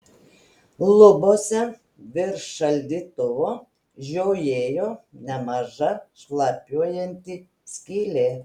lubose virš šaldytuvo žiojėjo nemaža šlapiuojanti skylė